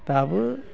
दाबो